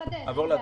אין לי בעיה לחדד.